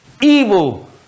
evil